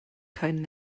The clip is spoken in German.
keinen